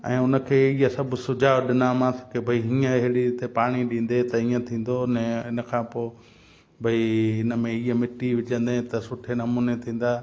ऐं उन खे इहा सभु सुझाव ॾिनामांसि की भई हीअ अहिड़ी रीति पाणी ॾींदे त ईअं थींदो न इन खां पोइ भई हिन में हीअ मिटी विझंदे त सुठे नमूने थींदा